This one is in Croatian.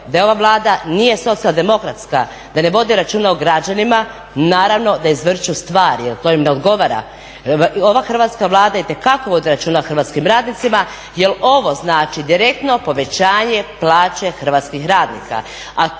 da ova Vlada nije socijal-demokratska, da ne vode računa o građanima, naravno da izvrću stvari jer to im ne odgovara. Ova Hrvatska Vlada itekako vodi računa o hrvatskim radnicima jer ovo znači direktno povećanje plaće hrvatskih radnika,